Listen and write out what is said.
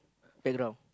background